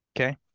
Okay